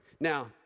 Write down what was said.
Now